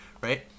right